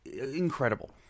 incredible